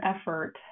effort